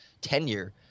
tenure